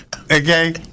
Okay